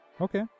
Okay